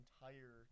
entire